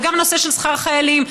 וגם הנושא של שכר חיילים,